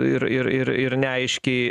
ir ir ir ir neaiškiai